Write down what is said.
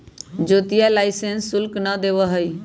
ज्योतिया लाइसेंस शुल्क ना देवा हई